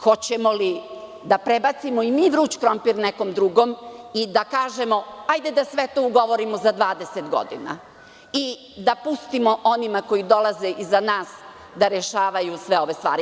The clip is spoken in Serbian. Hoćemo li da prebacimo i mi vruć krompir nekom drugom i da kažemo – hajde da to sve ugovorimo za 20 godina i da pustimo onima koji dolaze iza nas da rešavaju sve ove stvari?